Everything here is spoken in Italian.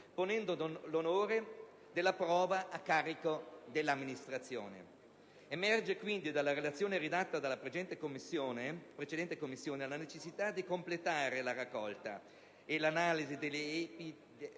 ponendo l'onere della prova a carico dell'amministrazione. Emerge quindi dalla relazione redatta dalla precedente Commissione, la necessità di completare la raccolta e l'analisi epidemiologica